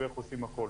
ואיך עושים הכול.